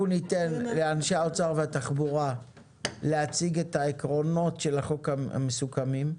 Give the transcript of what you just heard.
אנחנו ניתן לאנשי האוצר והתחבורה להציג את העקרונות של החוק המסוכמים,